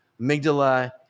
amygdala